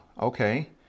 okay